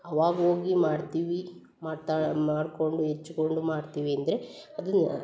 ಆವಾಗ ಹೋಗಿ ಮಾಡ್ತೀವಿ ಮಾಡ್ತಾ ಮಾಡ್ಕೊಂಡು ಹೆಚ್ಕೊಂಡು ಮಾಡ್ತೀವಿ ಅಂದರೆ